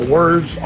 Words